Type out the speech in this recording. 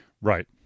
Right